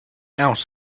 out